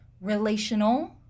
relational